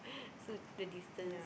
so the distance